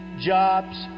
Jobs